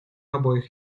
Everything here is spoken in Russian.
обоих